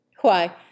Why